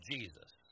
Jesus